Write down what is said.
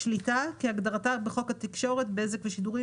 "שליטה" כהגדרתה בחוק התקשורת (בזק ושידורים),